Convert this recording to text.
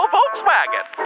Volkswagen